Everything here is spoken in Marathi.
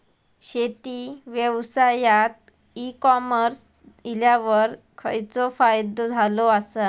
शेती व्यवसायात ई कॉमर्स इल्यावर खयचो फायदो झालो आसा?